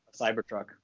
Cybertruck